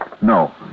No